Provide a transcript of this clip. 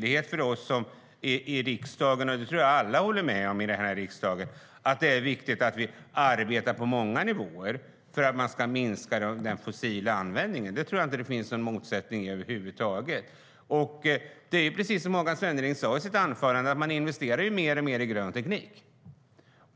vi här i riksdagen - jag tror att alla här i riksdagen håller med om det - har en skyldighet att arbeta på många nivåer för att minska den fossila användningen. Där tror jag inte att det finns någon motsättning över huvud taget. Precis som Håkan Svenneling sade i sitt anförande investerar man mer och mer i grön teknik.